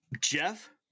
Jeff